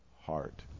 heart